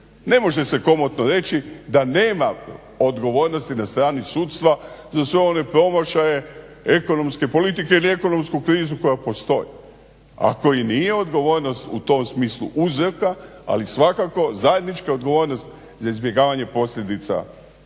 Ne može se komotno reći da nema odgovornosti na strani sudstva za sve one promašaje ekonomske politike ili ekonomsku krizu koja postoji, a koji nije odgovornost u tom smislu u … ali svakako zajednička odgovornost za izbjegavanje posljedica postoji.